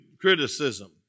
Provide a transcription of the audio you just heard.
criticism